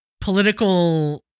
political